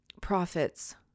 profits